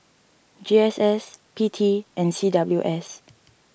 G S S P T and C W S